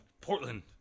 Portland